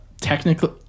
technically